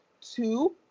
two